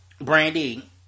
Brandy